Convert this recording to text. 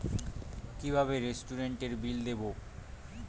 কিভাবে রেস্টুরেন্টের বিল দেবো?